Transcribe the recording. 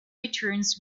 returns